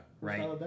right